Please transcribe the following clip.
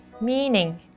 Meaning